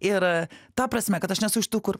ir ta prasme kad aš nesu iš tų kur